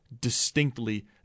distinctly